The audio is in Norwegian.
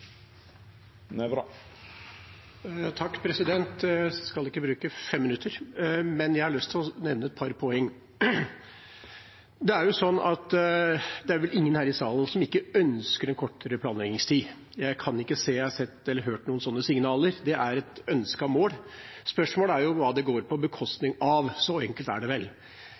Jeg skal ikke bruke fem minutter, men jeg har lyst til å nevne et par poeng. Det er vel ingen her i salen som ikke ønsker kortere planleggingstid. Jeg kan ikke si jeg har sett eller hørt noen sånne signaler. Det er et ønsket mål. Spørsmålet er hva det går på bekostning av. Så enkelt er det vel.